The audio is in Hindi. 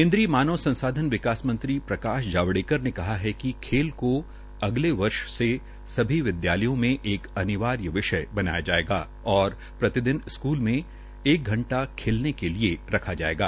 केन्द्रीय मानव संसाधन विकास मंत्री प्रकाश जावड़ेकर ने कहा है कि खेल को अगले वर्ष से सभी विदयालयों में एक अनिवार्य विषय बनाया जायेगा और प्रतिदिन स्कूल में एक घंटा खेलने के लिये रखा जायेगा